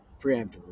preemptively